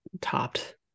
topped